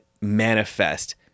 manifest